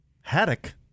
Haddock